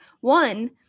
One